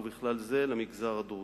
ובכלל זה למגזר הדרוזי.